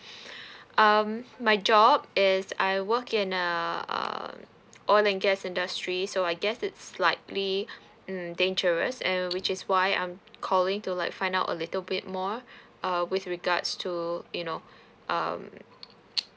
um my job is I work in a err oil and gas industry so I guess it's slightly mm dangerous and which is why I'm calling to like find out a little bit more uh with regards to you know um